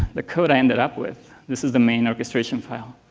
the code i ended up with, this is the main orchestration file.